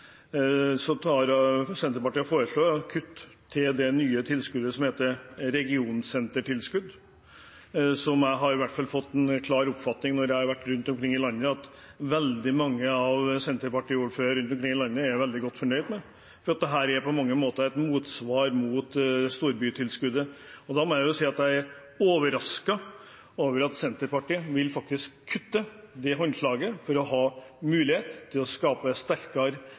nye tilskuddet som heter regionsentertilskudd, som jeg i hvert fall har fått en klar oppfatning av, når jeg har vært rundt omkring i landet, at veldig mange av Senterparti-ordførerne rundt om er veldig godt fornøyd med, for dette er et motsvar til storbytilskuddet. Da må jeg si jeg er overrasket over at Senterpartiet faktisk vil kutte det håndslaget for å få mulighet til å skape sterkere